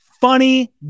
funny